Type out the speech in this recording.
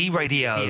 radio